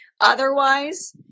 Otherwise